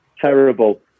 terrible